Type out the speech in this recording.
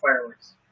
fireworks